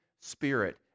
spirit